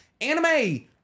anime